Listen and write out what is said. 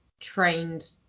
trained